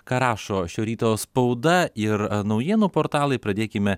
ką rašo šio ryto spauda ir naujienų portalai pradėkime